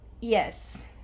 Yes